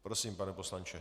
Prosím, pane poslanče.